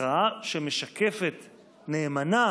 הכרעה שמשקפת נאמנה,